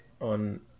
on